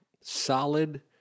solid